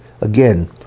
again